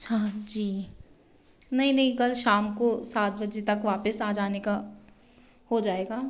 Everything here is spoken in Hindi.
जी नहीं नहीं कल शाम को सात बजे तक वापस आ जाने का हो जाएगा